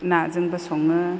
नाजोंबो सङो